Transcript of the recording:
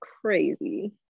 crazy